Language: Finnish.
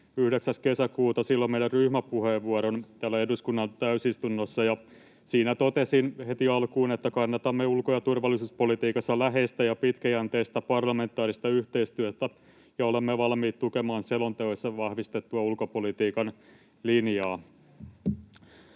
9. kesäkuuta meidän ryhmäpuheenvuoromme täällä eduskunnan täysistunnossa ja siinä totesin heti alkuun, että ”kannatamme ulko- ja turvallisuuspolitiikassa läheistä ja pitkäjänteistä parlamentaarista yhteistyötä ja olemme valmiit tukemaan selonteoissa vahvistettua ulkopolitiikan linjaa”.